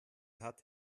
hat